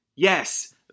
Yes